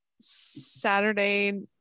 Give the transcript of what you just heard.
saturday